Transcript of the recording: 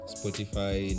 Spotify